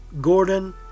Gordon